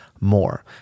more